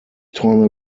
träume